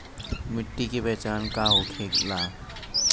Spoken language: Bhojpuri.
मिट्टी के पहचान का होखे ला?